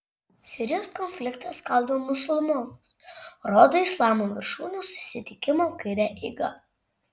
sirijos konfliktas skaldo musulmonus rodo islamo viršūnių susitikimo kaire eiga